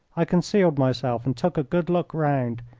i concealed myself and took a good look round,